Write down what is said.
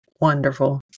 Wonderful